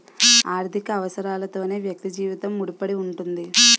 ఆర్థిక అవసరాలతోనే వ్యక్తి జీవితం ముడిపడి ఉంటుంది